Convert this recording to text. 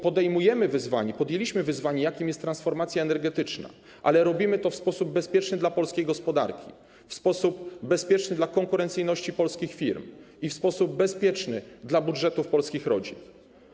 Podejmujemy wyzwanie, podjęliśmy wyzwanie, jakim jest transformacja energetyczna, ale robimy to w sposób bezpieczny dla polskiej gospodarki, w sposób bezpieczny dla konkurencyjności polskich firm i w sposób bezpieczny dla budżetów polskich rodzin.